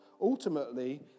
Ultimately